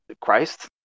Christ